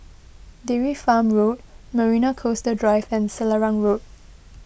Dairy Farm Road Marina Coastal Drive and Selarang Road